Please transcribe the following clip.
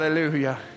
Hallelujah